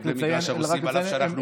במגרש הרוסים כשאנחנו פה.